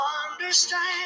understand